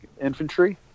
infantry